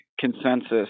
consensus